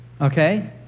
okay